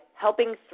helping